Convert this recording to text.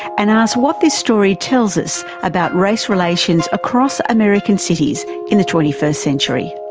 and ask what this story tells us about race relations across american cities in the twenty first century.